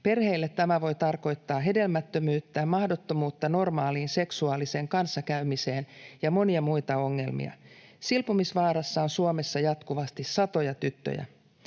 Perheille tämä voi tarkoittaa hedelmättömyyttä, mahdottomuutta normaaliin seksuaaliseen kanssakäymiseen ja monia muita ongelmia. Silpomisvaarassa on Suomessa jatkuvasti satoja tyttöjä.